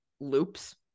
loops